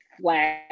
flat